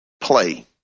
play